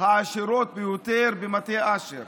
העשירות ביותר במטה אשר.